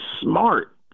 smart